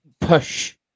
push